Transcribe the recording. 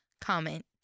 comment